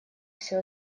все